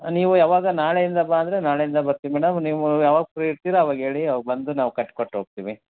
ನೀವು ಯಾವಾಗ ನಾಳೆಯಿಂದ ಬಾ ಬಂದರೆ ನಾಳೆಯಿಂದ ಬರ್ತಿವಿ ಮೇಡಮ್ ನೀವು ಯಾವಾಗ ಫ್ರೀ ಇರ್ತೀರ ಆವಾಗ ಹೇಳಿ ಆವಾಗ ಬಂದು ನಾವು ಕಟ್ಕೊಟ್ಟು ಹೋಗ್ತಿವಿ